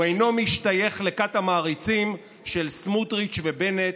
הוא אינו משתייך לכת המעריצים של סמוטריץ' ובנט,